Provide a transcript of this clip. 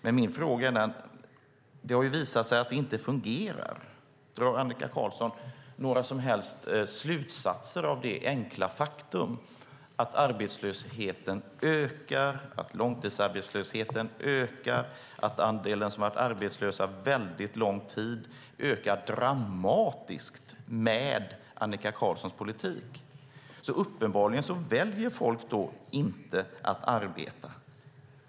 Men det har visat sig att det inte fungerar. Drar Annika Qarlsson några som helst slutsatser av det enkla faktum att arbetslösheten ökar, att långtidsarbetslösheten ökar, att andelen som har varit arbetslösa väldigt lång tid ökar dramatiskt med Annika Qarlssons politik? Uppenbarligen väljer folk då att inte arbeta.